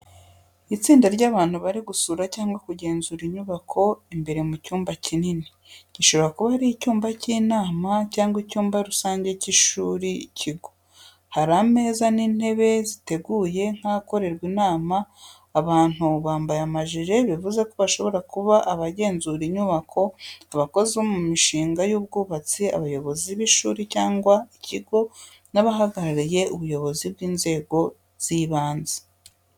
Itsinda ry’abantu bari gusura cyangwa kugenzura inyubako imbere mu cyumba kinini, gishobora kuba ari icyumba cy’inama cyangwa icyumba rusange cy’ishuri ikigo. Hari ameza n'intebe ziteguye nk'ahakorerwa inama. Abantu bambaye amajiri, bivuze ko bashobora kuba abagenzura inyubako, abakozi bo mu mushinga w’ubwubatsi, abayobozi b’ishuri cyangwa ikigo, n'abahagarariye ubuyobozi bw’inzego z’ibanze.